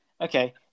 Okay